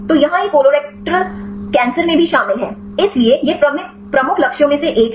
तो यहाँ यह कोलोरेक्टल कैंसर में भी शामिल है इसलिए यह प्रमुख लक्ष्यों में से एक है